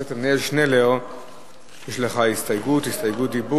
ומשילוב אינטגרלי שלהם בתוך המערכת.